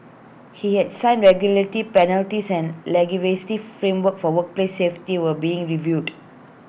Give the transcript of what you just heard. he had signed penalties and framework for workplace safety were being reviewed